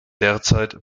derzeit